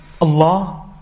Allah